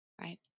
right